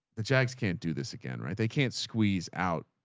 the jags can't do this again, right? they can't squeeze out